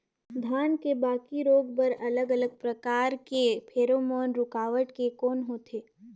धान के बाकी रोग बर अलग अलग प्रकार के फेरोमोन रूकावट के कौन होथे?